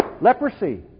leprosy